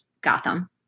Gotham